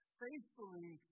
faithfully